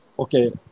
Okay